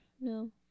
No